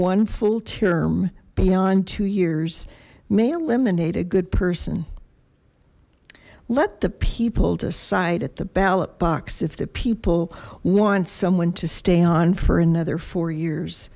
one full term beyond two years may eliminate a good person let the people decide at the ballot box if the people want someone to stay on for another four years